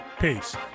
Peace